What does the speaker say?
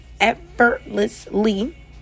effortlessly